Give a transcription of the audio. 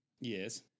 Yes